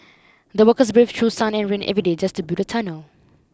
the workers braved through sun and rain every day just to build the tunnel